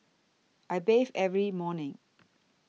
I bathe every morning